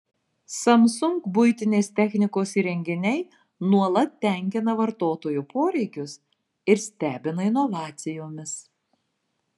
samsung buitinės technikos įrenginiai nuolat tenkina vartotojų poreikius ir stebina inovacijomis